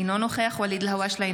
אינו נוכח ואליד אלהואשלה,